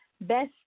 Best